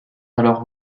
alors